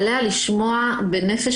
אני אבקש שאם יהיה אפשר גם לתת לנאילה מ"נשים